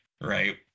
right